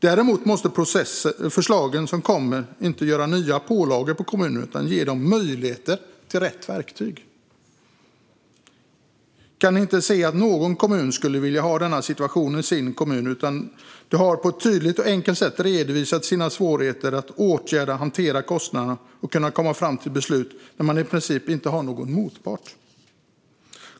Däremot får förslagen som kommer inte ge nya pålagor på kommunerna utan måste ge dem möjligheter till rätt verktyg. Jag kan inte se att någon kommun skulle vilja ha denna situation i sin kommun. De har på ett tydligt och enkelt sätt redovisat sina svårigheter att åtgärda och hantera kostnaderna och komma fram till beslut när man i princip inte har någon motpart.